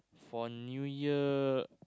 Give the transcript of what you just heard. for New Year